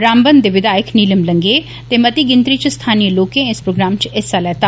रामबन दे विधायक नीलम लंगेह ते मती गिनतरी च स्थानीय लोकें इस प्रोग्राम च हिस्सा लैता